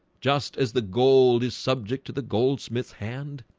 just as the gold is subject to the goldsmith's hand